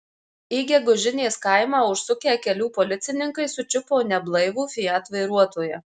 į gegužinės kaimą užsukę kelių policininkai sučiupo neblaivų fiat vairuotoją